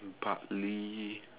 partly